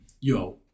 yo